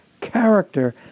character